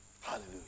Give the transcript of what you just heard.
Hallelujah